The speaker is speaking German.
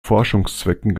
forschungszwecken